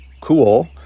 cool